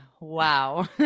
Wow